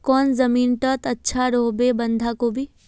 कौन जमीन टत अच्छा रोहबे बंधाकोबी?